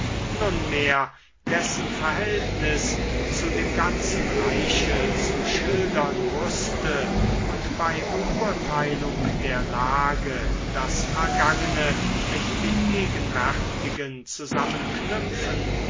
nunmehr dessen verhältnis zu dem ganzen reiche zu schildern wußte und bei beurteilung der lage das vergangene mit dem gegenwärtigen zusammenknüpfend